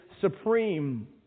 supreme